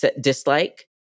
dislike